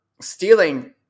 stealing